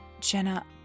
Jenna